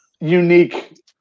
unique